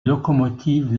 lokomotiv